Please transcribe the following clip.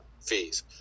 fees